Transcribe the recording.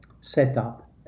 setup